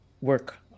work